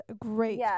Great